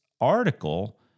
article